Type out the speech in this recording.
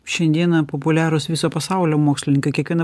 šiandieną populiarūs viso pasaulio mokslininkai kiekviena